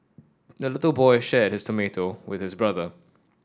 the little boy shared his tomato with his brother